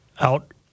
out